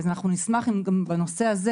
אז אנחנו גם נשמח אם גם בנושא הזה